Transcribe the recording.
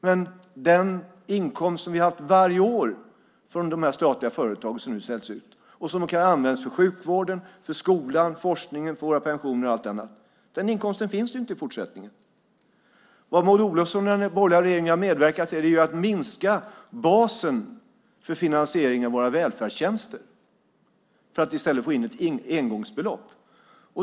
Men den inkomst som vi har haft varje år från de statliga företag som nu säljs ut och som kan användas för sjukvården, skolan, forskningen och våra pensioner och allt annat finns inte i fortsättningen. Vad Maud Olofsson och den borgerliga regeringen har medverkat till är att minska basen för finansiering av våra välfärdstjänster för att i stället få in ett engångsbelopp.